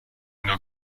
une